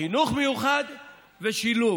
חינוך מיוחד ושילוב.